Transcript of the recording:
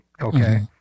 okay